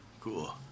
Cool